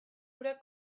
urak